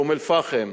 באום-אל-פחם,